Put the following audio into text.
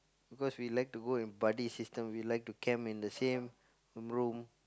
because we like to go and buddy system we like to camp in the same room